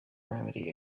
remedy